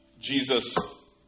Jesus